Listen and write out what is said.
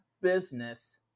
business